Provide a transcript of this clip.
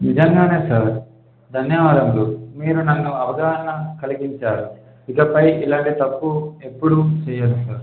నిజంగానే సార్ ధన్యవాదాలు మీరు నాకు అవగాహన కలిగించారు ఇకపై ఇలాంటి తప్పు ఎప్పుడూ చెయ్యను సార్